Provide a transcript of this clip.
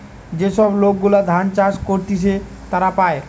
যে সব লোক গুলা ধান চাষ করতিছে তারা পায়